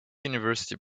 university